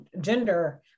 gender